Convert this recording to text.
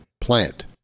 plant